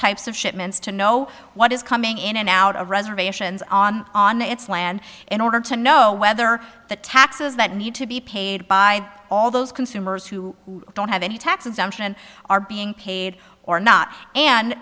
types of shipments to know what is coming in and out of reservations on on its land in order to know whether the taxes that need to be paid by all those consumers who don't have any tax exemption are being paid or not